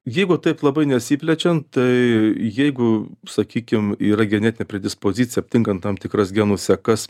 jeigu taip labai nesiplečiant tai jeigu sakykim yra genetinė predispozicija aptinkant tam tikras genų sekas